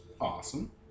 Awesome